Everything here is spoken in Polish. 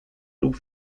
lub